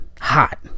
hot